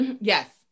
Yes